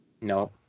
No